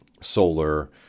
solar